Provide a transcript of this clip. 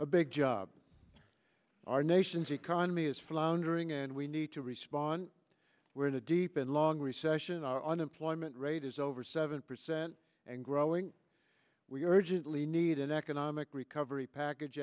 a big job our nation's economy is floundering and we need to respond we're in a deep and long recession our unemployment rate is over seven percent and growing we urgently need an economic recovery package